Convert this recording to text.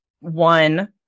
one